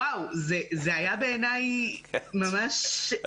ואו, זה היה בעיניי אפילו מביך, לא נעים.